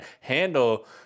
handle